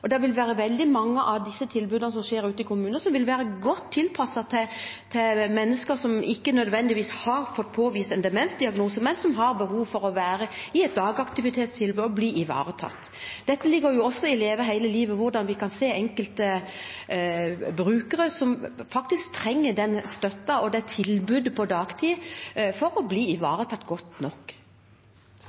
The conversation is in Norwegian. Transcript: Veldig mange av de tilbudene som skjer ute i kommunene, vil være godt tilpasset mennesker som ikke nødvendigvis har fått påvist en demensdiagnose, men som har behov for å ha et dagaktivitetstilbud og bli ivaretatt. Dette ligger også i Leve hele livet: hvordan vi kan se enkelte brukere som faktisk trenger den støtten og det tilbudet på dagtid, for å bli ivaretatt godt nok.